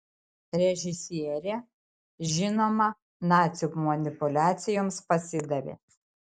režisierė žinoma nacių manipuliacijoms pasidavė